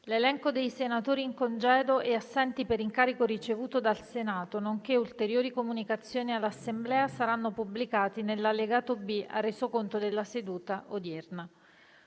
L'elenco dei senatori in congedo e assenti per incarico ricevuto dal Senato, nonché ulteriori comunicazioni all'Assemblea saranno pubblicati nell'allegato B al Resoconto della seduta odierna.